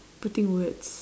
putting words